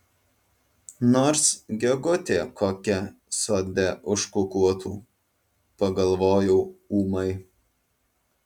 nors gegutė kokia sode užkukuotų pagalvojau ūmai